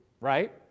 right